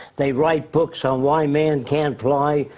they write books on why man can't fly.